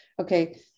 okay